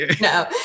No